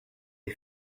les